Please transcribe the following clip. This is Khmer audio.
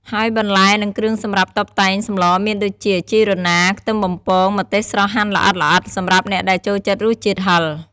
ហើយបន្លែ និងគ្រឿងសម្រាប់តុបតែងសម្លមានដូចជា ជីរណា ខ្ទឹមបំពង ម្ទេសស្រស់ហាន់ល្អិតៗ សម្រាប់អ្នកដែលចូលចិត្តរសជាតិហឹរ។